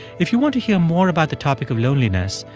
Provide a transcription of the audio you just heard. if you want to hear more about the topic of loneliness,